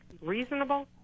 reasonable